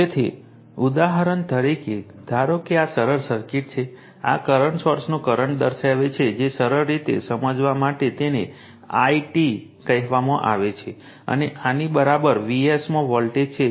તેથી ઉદાહરણ તરીકે ધારો કે આ સરળ સર્કિટ છે આ કરંટ સોર્સોનો કરંટ દર્શાવે છે જે સરળ રીતે સમજવા માટે તેને i t કહેવામાં આવે છે અને આની બહાર v's માં વોલ્ટેજ છે